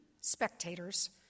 spectators